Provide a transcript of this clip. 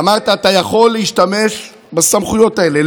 ואמרת: אתה יכול להשתמש בסמכויות האלה.